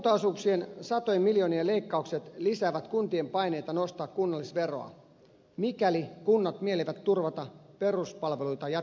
ensimmäiseksi kuntaosuuksien satojen miljoonien leikkaukset lisäävät kuntien paineita nostaa kunnallisveroa mikäli kunnat mielivät turvata peruspalveluita jatkossakin